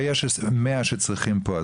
ויש מאה שצריכים פה.